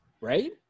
Right